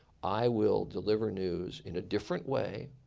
i will deliver news in a different way.